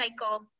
cycle